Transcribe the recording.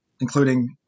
including